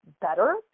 better